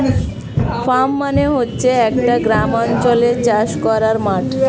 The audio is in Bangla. ফার্ম মানে হচ্ছে একটা গ্রামাঞ্চলে চাষ করার মাঠ